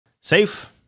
Safe